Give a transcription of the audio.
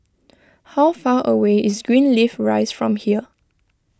how far away is Greenleaf Rise from here